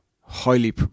highly